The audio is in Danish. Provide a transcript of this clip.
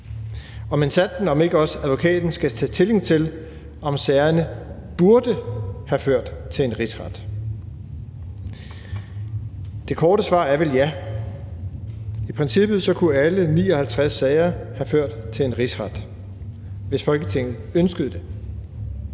og minsandten om ikke også advokaten skal tage stilling til, om sagerne burde have ført til en rigsret. Det korte svar er vel: Ja. I princippet kunne alle 59 sager have ført til en rigsret, hvis Folketinget ønskede det,